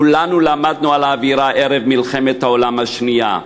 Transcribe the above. כולנו למדנו על האווירה ערב מלחמת העולם השנייה.